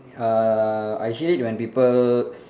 uh I hate it when people